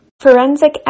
Forensic